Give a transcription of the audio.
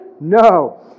No